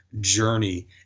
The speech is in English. journey